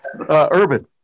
Urban